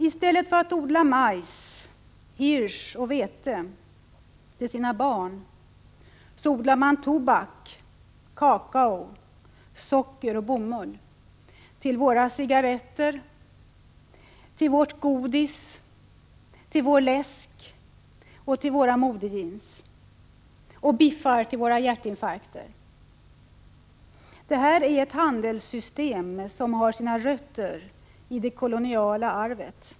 I stället för att odla majs, hirs och vete till sina barn odlar man tobak, kakao, socker och bomull till våra cigaretter, vårt godis, vår läsk och våra modejeans. Och biffar till våra hjärtinfarkter. Det är ett handelssystem som har sina rötter i det koloniala arvet.